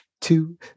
two